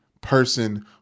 person